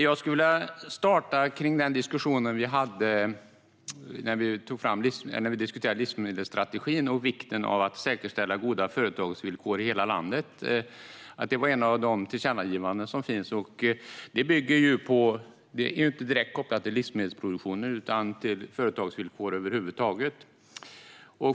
Jag skulle vilja starta med den diskussion vi hade om livsmedelsstrategin och om vikten av att säkerställa goda företagsvillkor i hela landet. Det var ett av de tillkännagivanden som gjordes. Det är ju inte direkt kopplat till livsmedelsproduktion utan har att göra med företagsvillkor över huvud taget.